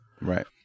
Right